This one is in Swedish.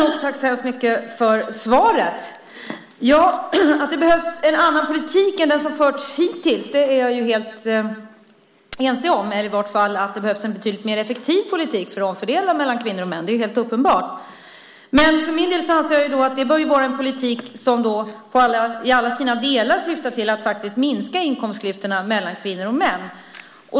Fru talman! Tack så mycket för svaret. Att det behövs en annan politik än den som har förts hittills är jag helt ense om. I vart fall behövs det en betydligt mer effektiv politik för att omfördela mellan kvinnor och män. Det är helt uppenbart. Men för min del anser jag att det bör vara en politik som i alla sina delar syftar till att minska inkomstklyftorna mellan kvinnor och män.